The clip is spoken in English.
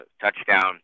touchdown